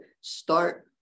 start